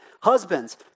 husbands